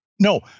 No